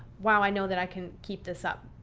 wow, i know that i can keep this up.